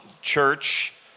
church